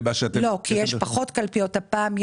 לא, כי יש פחות קלפיות הפעם.